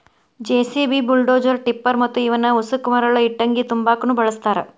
JCB, bulldozer, tipper ಮತ್ತ ಇವನ್ ಉಸಕ ಮರಳ ಇಟ್ಟಂಗಿ ತುಂಬಾಕುನು ಬಳಸ್ತಾರ